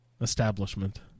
establishment